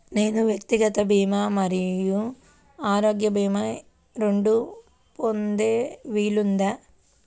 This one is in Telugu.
నేను వ్యక్తిగత భీమా మరియు ఆరోగ్య భీమా రెండు పొందే వీలుందా?